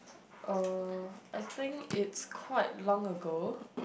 uh I think it's quite long ago